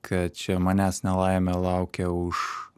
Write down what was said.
kad čia manęs nelaimė laukia už